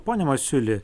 pone masiuli